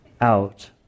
out